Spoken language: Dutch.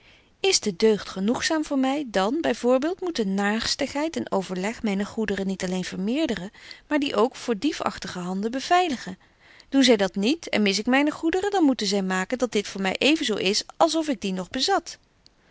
is de deugd genoegzaam voor my dan by voorbeeld moeten naarstigheid en overleg myne goederen niet alleen vermeerderen maar die ook voor diefägtige handen beveiligen doen zy dat niet en mis ik myne goederen dan moeten zy maken dat dit voor my even zo is als of ik die nog bezat